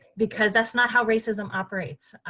because that's not how racism operates.